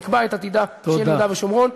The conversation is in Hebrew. נקבע את עתיד יהודה ושומרון,